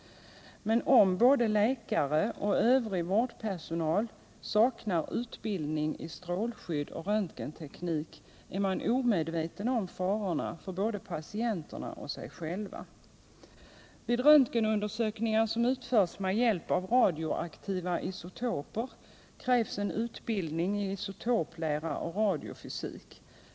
Men om läkare och övrig vårdpersonal saknar utbildning i strålskydd och röntgenteknik är man omedveten om farorna för både patienterna och sig själva. Vid röntgenundersökningar som utförs med hjälp av radioaktiva isotoper krävs en utbildning i isotoplära och radiofysik.